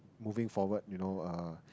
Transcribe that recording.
moving forward you know uh